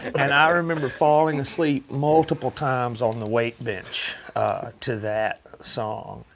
and i remember falling asleep multiple times on the weight bench to that song.